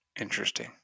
Interesting